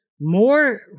more